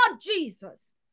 Jesus